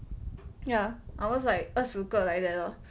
ya I was like 二十个 like that lor